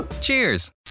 Cheers